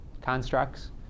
constructs